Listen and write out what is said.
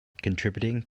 contributing